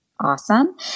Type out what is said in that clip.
awesome